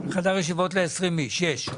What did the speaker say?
חדר ישיבות ל-20 איש יש.